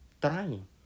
trying